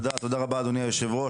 תודה רבה אדוני היו"ר.